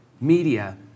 media